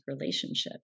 relationship